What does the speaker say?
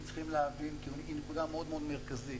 צריכים להבין כי היא נקודה מאוד מאוד מרכזית.